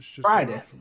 Friday